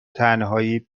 تنهایی